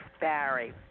Barry